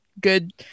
good